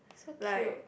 so cute